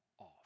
off